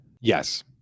Yes